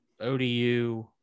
ODU